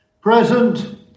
Present